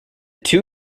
two